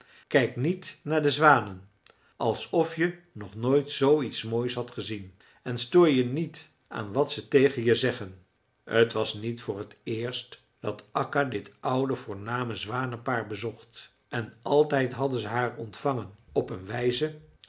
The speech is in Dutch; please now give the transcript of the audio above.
kijk niet naar de zwanen alsof je nog nooit zooiets moois had gezien en stoor je niet aan wat ze tegen je zeggen t was niet voor t eerst dat akka dit oude voorname zwanenpaar bezocht en altijd hadden ze haar ontvangen op een wijze